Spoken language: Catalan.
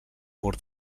mur